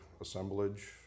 assemblage